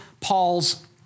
Paul's